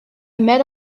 met